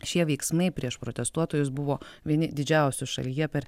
šie veiksmai prieš protestuotojus buvo vieni didžiausių šalyje per